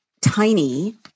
tiny